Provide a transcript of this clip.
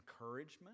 encouragement